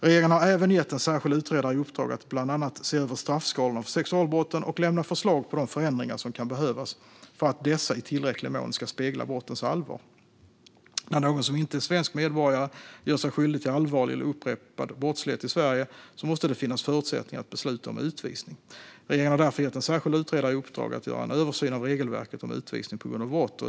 Regeringen har även gett en särskild utredare i uppdrag att bland annat se över straffskalorna för sexualbrotten och lämna förslag på de förändringar som kan behövas för att dessa i tillräcklig mån ska spegla brottens allvar. När någon som inte är svensk medborgare gör sig skyldig till allvarlig eller upprepad brottslighet i Sverige måste det finnas förutsättningar att besluta om utvisning. Regeringen har därför gett en särskild utredare i uppdrag att göra en översyn av regelverket om utvisning på grund av brott.